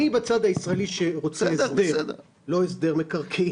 אני בצד הישראלי שרוצה הסדר, לא הסדר מקרקעין.